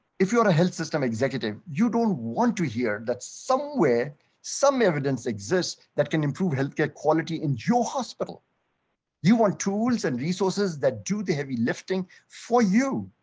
if you're a health system executive. you don't want to hear that somewhere some evidence exists that can improve health care quality in your hospital you want tools and resources that do the heavy lifting for you.